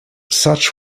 sachs